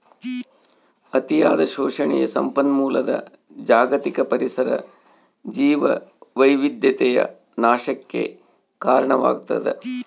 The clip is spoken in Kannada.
ಅತಿಯಾದ ಶೋಷಣೆಯು ಸಂಪನ್ಮೂಲದ ಜಾಗತಿಕ ಪರಿಸರ ಜೀವವೈವಿಧ್ಯತೆಯ ನಾಶಕ್ಕೆ ಕಾರಣವಾಗ್ತದ